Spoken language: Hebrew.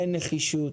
אין נחישות,